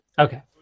Okay